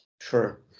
sure